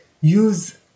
use